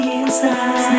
inside